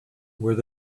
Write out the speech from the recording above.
where